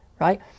right